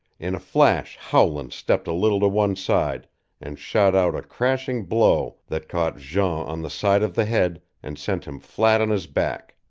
in a flash howland stepped a little to one side and shot out a crashing blow that caught jean on the side of the head and sent him flat on his back.